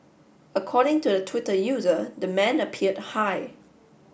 according to the Twitter user the man appeared high